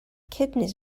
kidneys